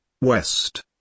west